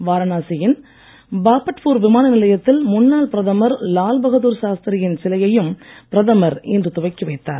வாரணாசியின் பாபட்பூர் விமான நிலையத்தில் முன்னாள் பிரதமர் லால்பகதூர் சாஸ்திரியின் சிலையையும் பிரதமர் இன்று திறந்து வைத்தார்